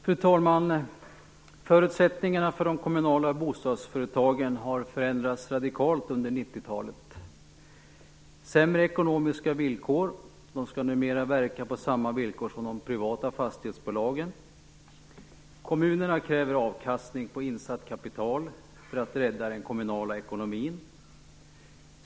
Fru talman! Förutsättningarna för de kommunala bostadsföretagen har förändrats radikalt under 1990 talet. De har fått sämre ekonomiska villkor och skall numera verka på samma villkor som de privata fastighetsbolagen. Kommunerna kräver avkastning på insatt kapital för att rädda den kommunala ekonomin.